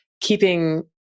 keeping